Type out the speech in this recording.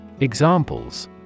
Examples